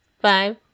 Five